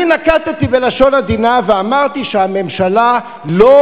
אני נקטתי לשון עדינה ואמרתי שהממשלה לא